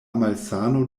malsano